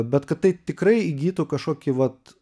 bet kad tai tikrai įgytų kažkokį vat